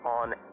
on